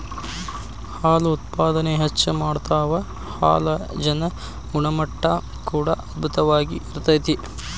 ಹಾಲು ಉತ್ಪಾದನೆ ಹೆಚ್ಚ ಮಾಡತಾವ ಹಾಲಜನ ಗುಣಮಟ್ಟಾ ಕೂಡಾ ಅಧ್ಬುತವಾಗಿ ಇರತತಿ